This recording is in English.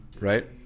right